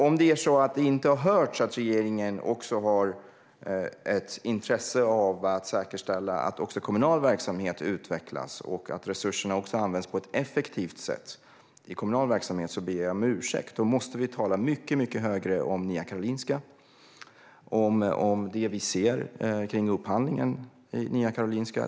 Om det inte har hörts att regeringen har ett intresse av att säkerställa att också kommunal verksamhet utvecklas och att resurserna används på ett effektivt sätt i kommunal verksamhet ber jag om ursäkt. Då måste vi tala mycket högre om Nya Karolinska och om det vi ser kring den upphandlingen.